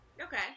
Okay